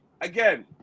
again